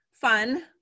fun